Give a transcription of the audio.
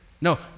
No